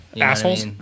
Assholes